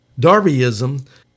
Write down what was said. Darbyism